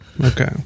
Okay